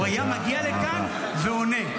הוא היה מגיע לכאן ועונה.